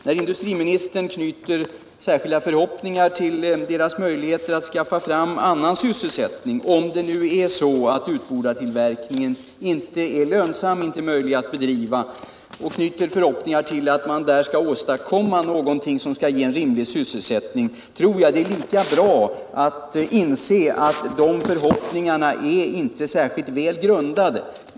När industriministern knyter särskilda förhoppningar till deras möjligheter att skaffa fram annan sysselsättning, om nu utbordartillverkningen inte är lönsam och därför omöjlig att bedriva och åstadkomma något som ger rimlig sysselsättning, tror jag det är lika bra att inse att de förhoppningarna inte är särskilt väl grundade.